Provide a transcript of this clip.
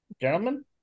Gentlemen